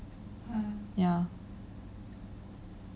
ya